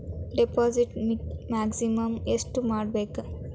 Deposit maximum ಎಷ್ಟು ಮಾಡಬೇಕು?